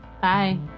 Bye